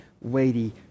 weighty